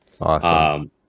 Awesome